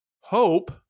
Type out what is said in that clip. Hope